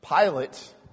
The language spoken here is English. Pilate